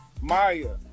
Maya